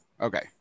Okay